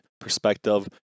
perspective